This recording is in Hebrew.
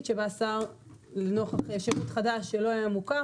שבה השר נוכח שירות חדש שלא היה מוכר,